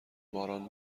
باران